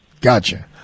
Gotcha